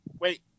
Wait